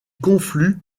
conflue